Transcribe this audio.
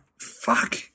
Fuck